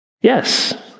Yes